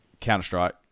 Counter-Strike